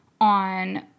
on